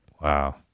Wow